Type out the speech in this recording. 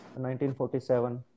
1947